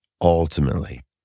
ultimately